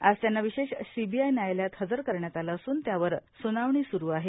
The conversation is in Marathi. आज त्यांना विषेश सीबीआय न्यायालयात हजर करण्यात आलं असून त्यावर सुनावनी सुरू आहे